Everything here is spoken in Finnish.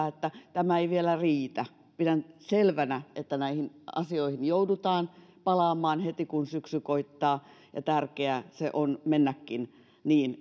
että tämä ei vielä riitä pidän selvänä että näihin asioihin joudutaan palaamaan heti kun syksy koittaa ja tärkeää se on mennäkin niin